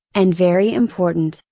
and very important,